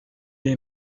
est